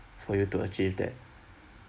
for you to achieve that